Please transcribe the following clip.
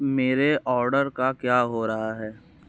मेरे ऑर्डर का क्या हो रहा है